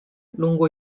lungo